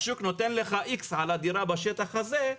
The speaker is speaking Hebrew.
השוק נותן לך X על דירה בשטח הזה,